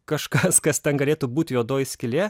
kažkas kas ten galėtų būti juodoji skylė